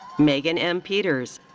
meghan m. peters.